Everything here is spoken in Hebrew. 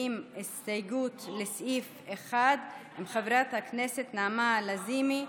עם הסתייגות לסעיף 1, עם חברת הכנסת נעמה לזימי,